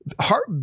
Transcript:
heart